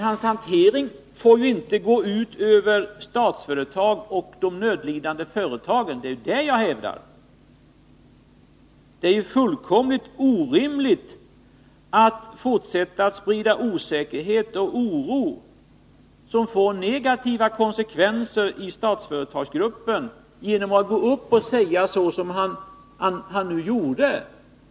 Hans hantering får inte gå ut över Statsföretag och de nödlidande företagen. Det hävdar jag. Det är fullkomligt orimligt att fortsätta att sprida osäkerhet och oro, vilket får negativa konsekvenser i Statsföretagsgruppen, genom att yttra sig så som industriministern nu gjorde.